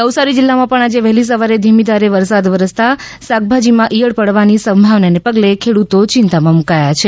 નવસારી જીલ્લામાં પણ આજે વહેલી સવારે ધીમી ધારે વરસાદ વરસતાં શાકભાજીમાં ઇયળ પડવાની સંભાવનાને પગલે ખેડૂતો ચિંતામાં મુકાયા છે